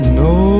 no